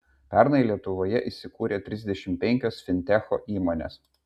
pernai lietuvoje įsikūrė trisdešimt penkios fintecho įmonės